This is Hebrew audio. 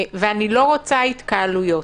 ואני לא רוצה התקהלויות.